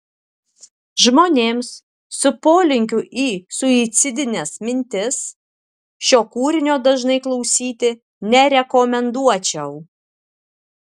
žmonėms su polinkiu į suicidines mintis šio kūrinio dažnai klausyti nerekomenduočiau